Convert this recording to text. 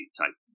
type